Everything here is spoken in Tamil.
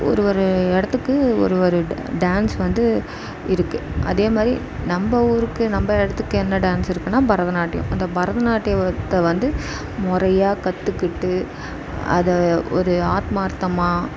ஒரு ஒரு இடத்துக்கு ஒரு ஒரு டான்ஸ் வந்து இருக்குது அதேமாதிரி நம்ம ஊருக்கு நம்ம இடத்துக்கு என்ன டான்ஸ் இருக்குதுனா பரதநாட்டியம் அந்த பரதநாட்டியத்தை வந்து முறையாக கற்றுக்கிட்டு அதை ஒரு ஆத்மார்த்தமாக